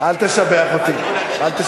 אל תשבח אותי.